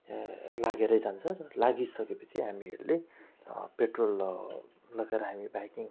लागेरै जान्छ लागिसकेपछि हामीहरूले पेट्रोल लगेर हामी बाइकिङ